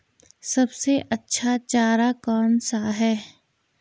सबसे अच्छा चारा कौन सा है?